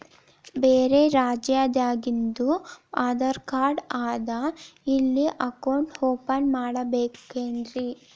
ಬ್ಯಾರೆ ರಾಜ್ಯಾದಾಗಿಂದು ಆಧಾರ್ ಕಾರ್ಡ್ ಅದಾ ಇಲ್ಲಿ ಅಕೌಂಟ್ ಓಪನ್ ಮಾಡಬೋದೇನ್ರಿ?